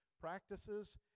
practices